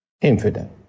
infidel